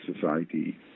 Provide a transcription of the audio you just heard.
society